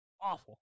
Awful